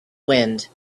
wind